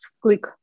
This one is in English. click